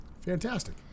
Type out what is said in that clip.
Fantastic